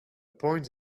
point